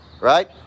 right